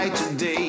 today